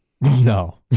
No